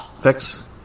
Fix